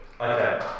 Okay